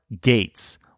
Gates